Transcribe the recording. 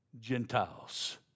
Gentiles